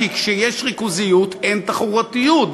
כשיש ריכוזיות אין תחרותיות,